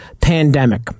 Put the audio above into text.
pandemic